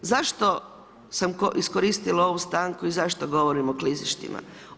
Zašto sam iskoristila ovu stanku i zašto govorim o klizištima.